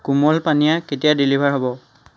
কোমল পানীয় কেতিয়া ডেলিভাৰ হ'ব